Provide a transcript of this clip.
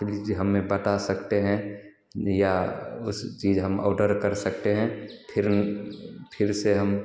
please हमें बता सकते हैं या उस चीज़ हम औडर कर सकते हैं फिर फिर से हम